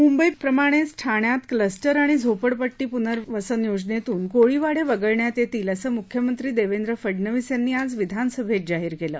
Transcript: मुंबईप्रमाणेच ठाण्यात क्लस्टर आणि झोपडपट्टी पुनर्वसन योजनेतून कोळीवाडे वगळण्यात येतील असं मुख्यमंत्री देवेंद्र फडणवीस यांनी आज विधानसभेत जाहिर केलं